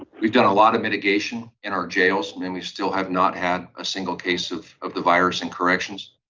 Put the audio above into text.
we've done a lot of mitigation in our jails. i mean, we still have not had a single case of of the virus in corrections.